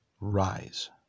rise